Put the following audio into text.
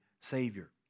Savior